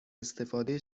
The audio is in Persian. استفاده